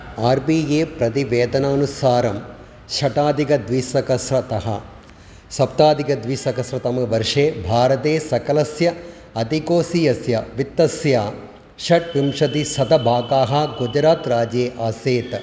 R B I प्रतिवेतनानुसारं शताधिकद्विसहस्रतः सप्ताधिकद्विसहस्रतमवर्षे भारते सकलस्य अधिकोषीयस्य वित्तस्य षट्विंशतिः शतं भागः गुजरात् राज्ये आसीत्